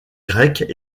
grecs